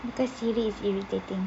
because siri is irritating